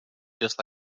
just